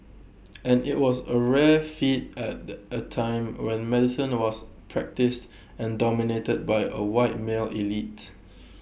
and IT was A rare feat at the A time when medicine was practised and dominated by A white male elite